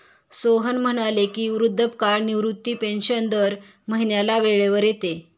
सोहन म्हणाले की, वृद्धापकाळ निवृत्ती पेन्शन दर महिन्याला वेळेवर येते